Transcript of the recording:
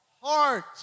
heart